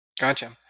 Gotcha